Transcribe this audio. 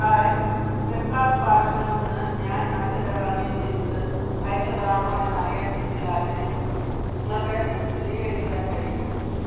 hi Flipkart ഫാഷനിൽ നിന്ന് ഞാൻ അടുത്തിടെ വാങ്ങിയ ജീൻസ് അയച്ചതാണോ എന്ന് അറിയാൻ എനിക്ക് താൽപ്പര്യമുണ്ട് നിങ്ങൾക്ക് സ്ഥിരീകരിക്കുവാൻ കഴിയുമോ